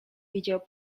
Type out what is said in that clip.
widział